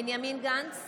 נגד בנימין גנץ,